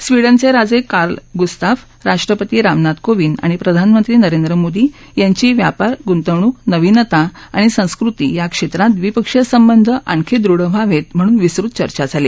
स्वीडनचे राजे Carl Gustaf राष्ट्रपती रामनाथ कोविंद आणि प्रधानमंत्री नरेंद्र मोदी यांची व्यापार गूंतवणूक नवीनता आणि संस्कृती या क्षेत्रात दविपक्षीय संबंध आणखी दृढ व्हावेत म्हणून विस्तृत चर्चा झाली